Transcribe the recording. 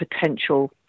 potential